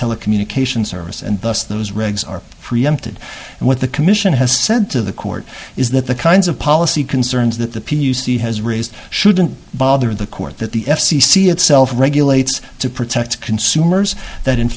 telecommunications service and thus those regs are preempted and what the commission has said to the court is that the kinds of policy concerns that the p u c has raised shouldn't bother the court that the f c c itself regulates to protect consumers that in